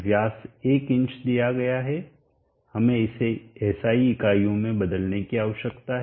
व्यास 1 inch दिया गया है हमें इसे SI इकाइयों में बदलने की आवश्यकता है